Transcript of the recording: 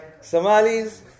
Somalis